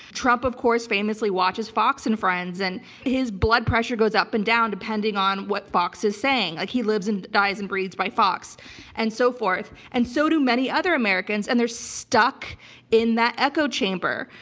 trump, of course, famously watches fox and friends, and his blood pressure goes up and down depending on what fox is saying, like he lives and dies and breathes by fox and so forth. and so do many other americans, and they're stuck in that echo chamber.